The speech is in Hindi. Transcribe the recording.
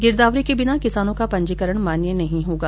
गिरदावरी के बिना किसानों का पंजीकरण मान्य नहीं होगा